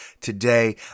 today